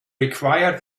required